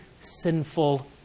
sinful